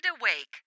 awake